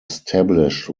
established